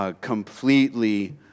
completely